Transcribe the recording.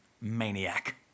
maniac